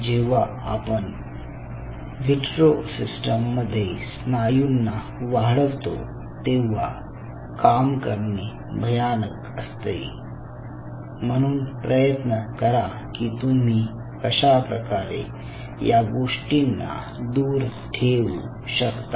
जेव्हा आपण vitro system मध्ये स्नायूंना वाढवतो तेव्हा काम करणे भयानक असते म्हणून प्रयत्न करा की तुम्ही कशा प्रकारे या गोष्टींना दूर ठेवू शकता